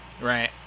right